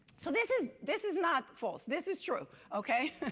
so this is this is not false. this is true, okay?